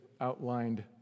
outlined